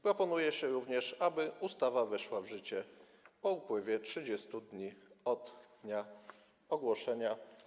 Proponuje się również, aby ustawa weszła w życie po upływie 30 dni od dnia ogłoszenia.